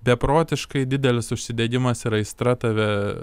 beprotiškai didelis užsidegimas ir aistra tave